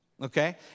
okay